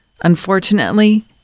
Unfortunately